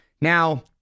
Now